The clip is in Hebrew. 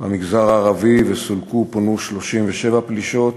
במגזר הערבי, וסולקו, פונו, 37 פלישות.